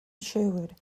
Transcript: sherwood